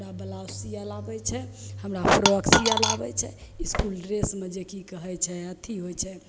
हमरा ब्लाउज सिएले आबै छै हमरा फ्रॉक सिएले आबै छै इसकुल ड्रेसमे जे कि कहै छै अथी होइ छै